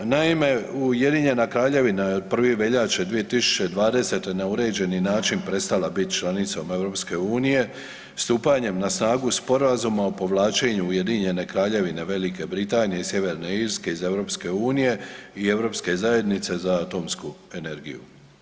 Naime, Ujedinjena Kraljevina je od 1. veljače 2020. na uređeni način prestala bit članicom EU stupanjem na snagu Sporazuma o povlačenju Ujedinjene Kraljevine, Velike Britanije i Sjeverne Irske iz EU i Europske zajednice za atomsku energiju.